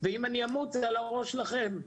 ואם אני אמות זה על הראש שלכם,